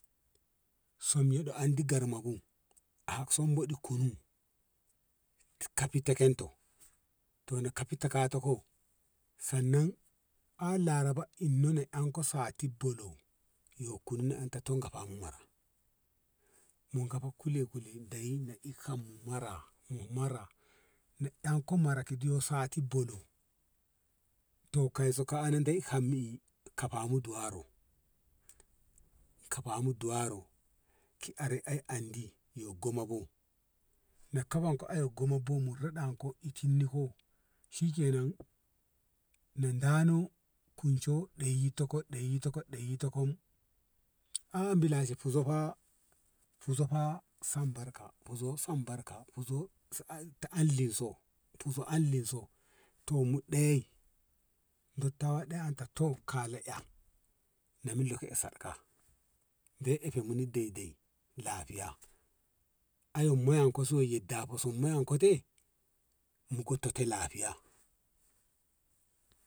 Som yoɗo andi garma bu ah somboɗi kunu kafi tekento to ne kafi takato sannan ah laraba inno anko sati bolo yo kunu na anto tango fa amu mara mun kam fa kule kule deyyi kam mu mara mu mara mu emko mara kidi yo sati bolo to kaiso ka ananti ham i kafanu duwaro kafamu duwaro ki are ai andi yo goma bu na kafanko yo gomabu mu raɗanko itinniko shi kenan na dano kunco ɗeyyi tokot ɗeyyi tokot ɗeyyi tokom a wombi la fuzo fa fuzo fa sambarka fuzo sambarka fuzo fuzo taan linso fuzo an lunso to mu ɗei dottawa an ta to kala eh na milak ka saɗaka de e ke mini deidei lafiya ayom mu an ko soi dafo mu anko tei mu ko to te lafiya.